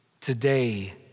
today